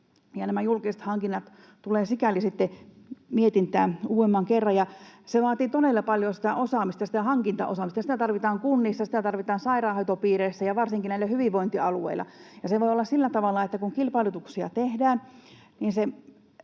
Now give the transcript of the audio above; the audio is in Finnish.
Nämä julkiset hankinnat tulevat sikäli sitten mietintään uudemman kerran, ja se vaatii todella paljon sitä osaamista, hankintaosaamista. Sitä tarvitaan kunnissa, sitä tarvitaan sairaanhoitopiireissä ja varsinkin näillä hyvinvointialueilla, ja se voi olla sillä tavalla, että kun kilpailutuksia tehdään,